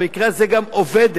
במקרה זה גם עובדת,